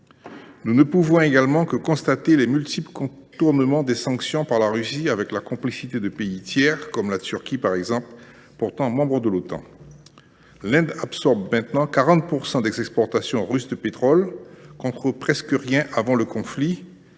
Nous ne pouvons également que constater les multiples contournements des sanctions par la Russie, avec la complicité de pays tiers, comme la Turquie, pourtant membre de l’Otan. L’Inde absorbe maintenant 40 % des exportations russes de pétrole, contre presque rien avant le conflit,